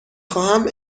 خواهم